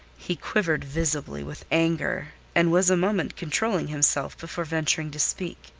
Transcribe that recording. he quivered visibly with anger, and was a moment controlling himself before venturing to speak.